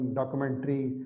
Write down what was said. documentary